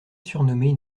surnommée